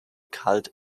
cult